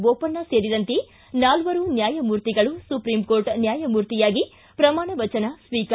ಬೋಪಣ್ಣ ಸೇರಿದಂತೆ ನಾಲ್ವರು ನ್ಕಾಯಮೂರ್ತಿಗಳು ಸುಪ್ರೀಂ ಕೋರ್ಟ್ ನ್ಯಾಯಮೂರ್ತಿಯಾಗಿ ಪ್ರಮಾಣ ವಜನ ಸ್ವೀಕಾರ